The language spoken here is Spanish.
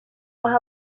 hoja